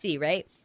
right